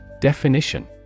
Definition